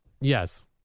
Yes